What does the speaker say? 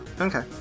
Okay